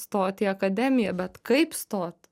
stoti į akademiją bet kaip stot